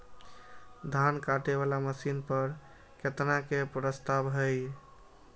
धान काटे वाला मशीन पर केतना के प्रस्ताव हय?